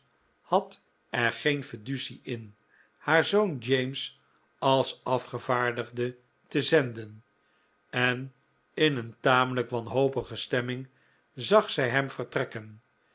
had er geen fiducie in haar zoon james als afgevaardigde te zenden en in een tamelijk wanhopige stemming zag zij hem vertrekken